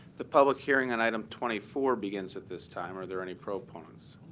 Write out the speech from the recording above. the public hearing on item twenty four begins at this time. are there any proponents?